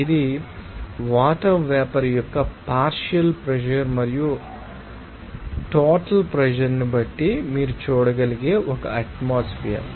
ఇది water vapour యొక్క partial pressure మరియు టోటల్ ప్రెషర్ ని బట్టి మీరు చూడగలిగే ఒక అట్మాస్ఫెర్ ం